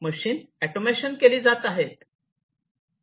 machines automation केली जात आहेत